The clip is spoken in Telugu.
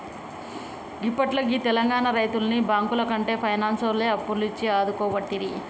గిప్పట్ల గీ తెలంగాణ రైతుల్ని బాంకులకంటే పైనాన్సోల్లే అప్పులిచ్చి ఆదుకోవట్టిరి